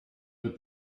that